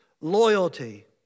loyalty